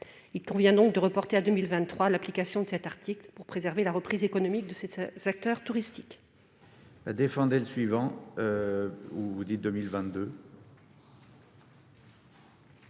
Il convient donc de reporter à 2022 l'application de cet article pour préserver la reprise économique de ces acteurs touristiques.